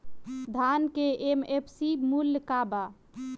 धान के एम.एफ.सी मूल्य का बा?